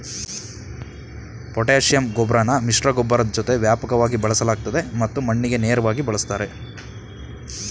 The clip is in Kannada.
ಪೊಟ್ಯಾಷಿಯಂ ಗೊಬ್ರನ ಮಿಶ್ರಗೊಬ್ಬರದ್ ಜೊತೆ ವ್ಯಾಪಕವಾಗಿ ಬಳಸಲಾಗ್ತದೆ ಮತ್ತು ಮಣ್ಣಿಗೆ ನೇರ್ವಾಗಿ ಬಳುಸ್ತಾರೆ